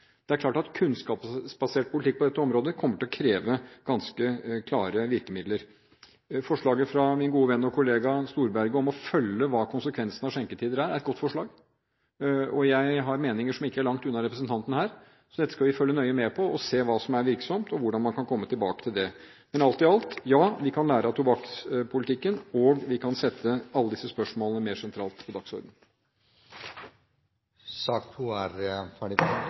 Det er klart at kunnskapsbasert politikk på dette området kommer til å kreve ganske klare virkemidler. Forslaget fra min gode venn og kollega, Storberget, om å følge hva konsekvensene av ulike skjenketider er, er et godt forslag, og jeg har meninger som ikke er langt unna representantens. Dette skal vi følge nøye med på og se hva som er virksomt, og hvordan man kan komme tilbake til det. Men alt i alt: Ja, vi kan lære av tobakkspolitikken, og vi kan sette alle disse spørsmålene mer sentralt på dagsordenen. Sak nr. 2 er